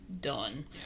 done